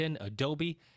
Adobe